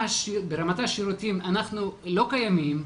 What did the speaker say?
ברמת השירותים אנחנו לא קיימים.